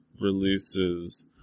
releases